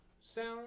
sound